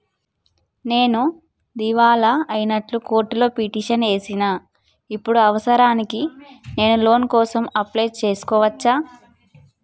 నేను దివాలా అయినట్లు కోర్టులో పిటిషన్ ఏశిన ఇప్పుడు అవసరానికి నేను లోన్ కోసం అప్లయ్ చేస్కోవచ్చా?